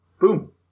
boom